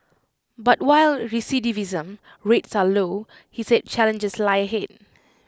but while recidivism rates are low he said challenges lie ahead